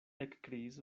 ekkriis